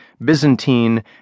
Byzantine